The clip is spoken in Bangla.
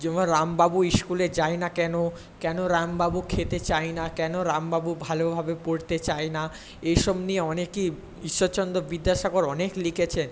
যেমন রাম বাবু স্কুলে যায় না কেন কেন রাম বাবু খেতে চায় না কেন রাম বাবু ভালোভাবে পড়তে চায় না এইসব নিয়ে অনেকই ঈশ্বরচন্দ্র বিদ্যাসাগর অনেক লিখেছেন